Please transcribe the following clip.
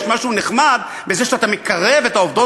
יש משהו נחמד בזה שאתה מקרב את העובדות